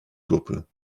gruppe